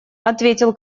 ответил